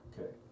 Okay